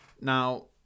Now